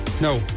no